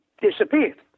disappeared